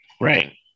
right